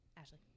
Ashley